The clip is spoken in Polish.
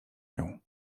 nią